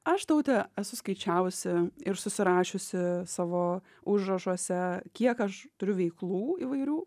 aš taute esu skaičiavusi ir susirašiusi savo užrašuose kiek aš turiu veiklų įvairių